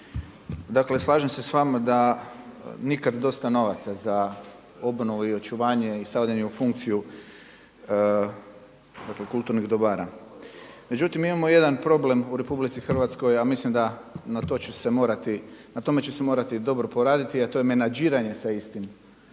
dakle slažem se s vama da nikad dosta novaca za obnovu i očuvanje i stavljanje u funkciju dakle kulturnih dobara. Međutim, mi imamo jedna problem u RH a mislim da na tome će se morati dobro poraditi a to je menađiranje sa istim